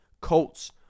Colts